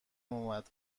اومد